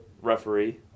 referee